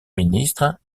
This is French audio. ministre